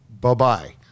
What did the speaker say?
bye-bye